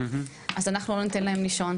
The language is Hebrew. אז אנחנו לא ניתן להם לישון.